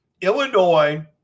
Illinois